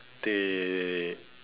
they